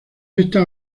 estas